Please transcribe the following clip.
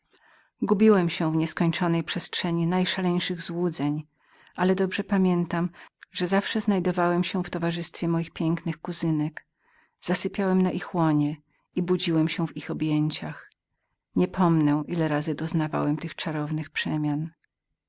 gubiłem się w nieskończonej przestrzeni najszaleńszych złudzeń ale dobrze pamiętam że zawsze znajdowałem się w towarzystwie moich pięknych kuzynek zasypiałem na ich łonie i budziłem się w ich objęciach niepomnę ile razy doznałem tych czarownych przemian